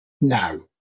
No